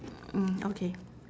mm okay